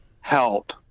help